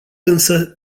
însă